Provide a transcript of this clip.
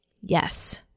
yes